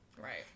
Right